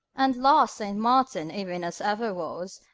and last saint martin even as ever was,